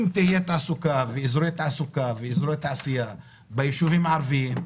אם יהיו אזורי תעסוקה ואזורי תעשייה בישובים הערביים,